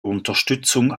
unterstützung